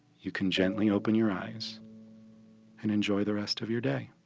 you can gently open your eyes and enjoy the rest of your day.